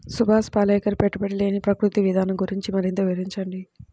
సుభాష్ పాలేకర్ పెట్టుబడి లేని ప్రకృతి విధానం గురించి మరింత వివరించండి